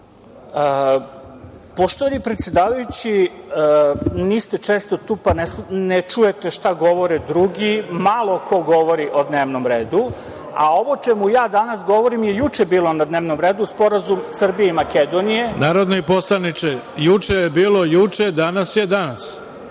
Poštovani predsedavajući, niste često tu, pa ne čujete šta govore drugi. Malo ko govori o dnevnom redu, a ovo o čemu ja danas govorim je juče bilo na dnevnom redu, Sporazum Srbije i Makedonije… **Ivica Dačić** Narodni poslaniče, juče je bilo juče, danas je danas. Ja